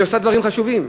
היא עושה דברים חשובים,